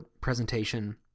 presentation